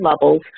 levels